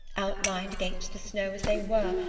outlined against the snow as they were,